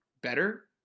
better